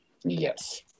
Yes